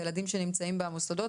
הילדים שנמצאים במוסדות.